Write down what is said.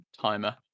timer